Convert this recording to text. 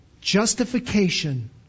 justification